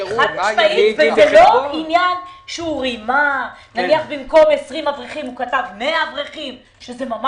זה לא שהוא רימה שבמקום 20 אברכים כתב 100 אברכים.